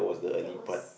that was